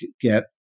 get